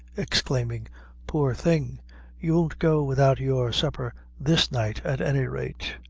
exclaiming poor thing you go without your supper this night, at any rate.